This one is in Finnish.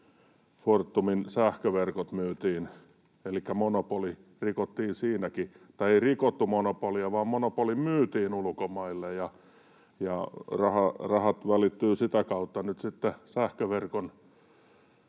Fortumin sähköverkot myytiin, elikkä siinä ei rikottu monopolia vaan monopoli myytiin ulkomaille, ja rahat välittyvät sitä kautta nyt sitten